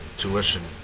tuition